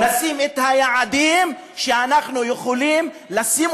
נשים את היעדים שאנחנו יכולים לשים,